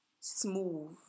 smooth